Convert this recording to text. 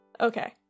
Okay